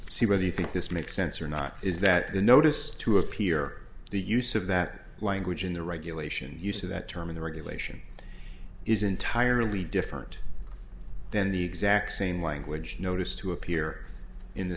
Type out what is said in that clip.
see whether you think this makes sense or not is that the notice to appear the use of that language in the regulation use of that term in the regulation is entirely different then the exact same language notice to appear in the